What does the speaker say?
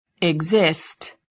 exist